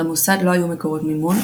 למוסד לא היו מקורות מימון,